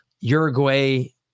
Uruguay